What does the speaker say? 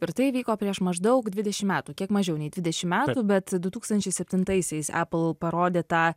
ir tai įvyko prieš maždaug dvidešimt metų kiek mažiau nei dvidešimt metų bet du tūkstančiai septintaisiais apple parodė tą